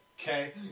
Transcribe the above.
okay